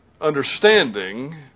understanding